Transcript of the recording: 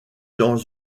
dans